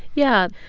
yeah.